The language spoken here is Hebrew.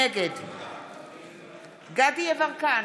נגד דסטה גדי יברקן,